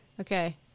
Okay